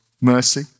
mercy